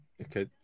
Okay